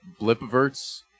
blipverts